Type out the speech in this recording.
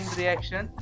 reaction